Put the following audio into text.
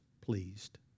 pleased